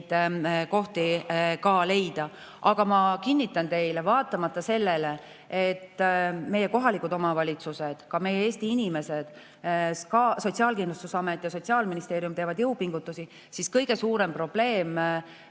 kohti otsida. Aga ma kinnitan teile, et vaatamata sellele, et meie kohalikud omavalitsused, meie Eesti inimesed, ka Sotsiaalkindlustusamet ja Sotsiaalministeerium teevad jõupingutusi, on kõige suurem probleem